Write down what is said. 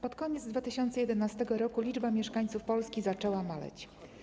Pod koniec 2011 r. liczba mieszkańców Polski zaczęła maleć.